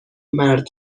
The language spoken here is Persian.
مرد